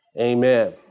Amen